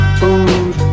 food